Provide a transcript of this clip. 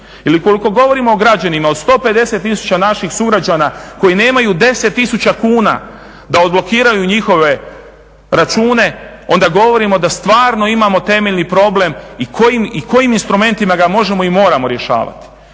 Ili u koliko govorimo o građanima, o 150 tisuća naših sugrađana koji nemaju 10 tisuća kuna da odblokiraju njihove račune onda govorimo da stvarno imamo temeljni problem, i kojim instrumentima ga možemo i moramo rješavati.